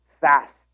fast